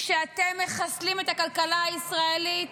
כשאתם מחסלים את הכלכלה הישראלית,